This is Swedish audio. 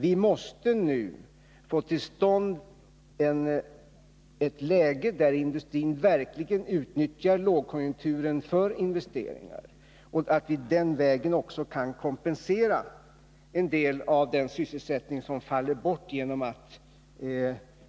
Vi måste nu få till stånd ett läge där industrin verkligen utnyttjar lågkonjunkturen för investeringar, så att vi den vägen också kan kompensera en del av den sysselsättning som faller bort genom att